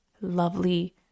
lovely